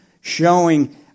showing